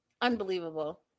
unbelievable